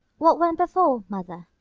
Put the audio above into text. what went before, mother?